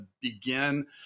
begin